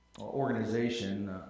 organization